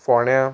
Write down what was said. फोण्या